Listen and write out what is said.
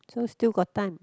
so still got time